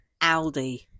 Aldi